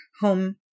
home